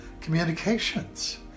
communications